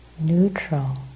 Neutral